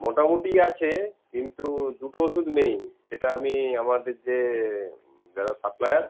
মোটামুটি আছে কিন্তু দুটো ওষুধ নেই সেটা আমি আমদের যে যারা সাপ্লায়ার